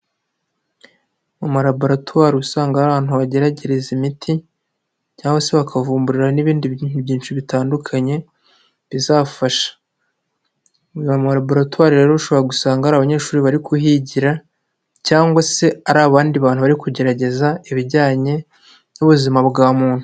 Mu ma laboratware usanga ari ahantu bageragereza imiti cyangwa se bakavumburira n'ibindi byinshi bitandukanye, bizafasha mu malaboratware rero ushobora gusanga hari abanyeshuri bari kuhigira, cyangwa se ari abandi bantu bari kugerageza ibijyanye n'ubuzima bwa muntu.